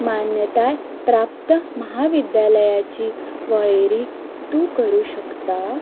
मान्यताय प्राप्त म्हाविद्यालयांची वळेरी तूं करूंक शकता